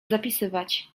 zapisywać